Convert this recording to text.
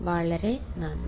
വളരെ നന്ദി